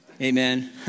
Amen